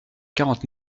quarante